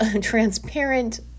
transparent